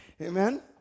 Amen